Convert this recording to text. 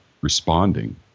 responding